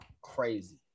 crazy